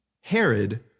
Herod